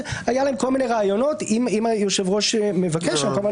אם הכנסת הבאה מאשרת את זה, זה קבוע.